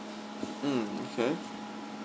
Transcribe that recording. mm okay